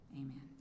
Amen